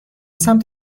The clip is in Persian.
سمت